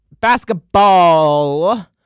basketball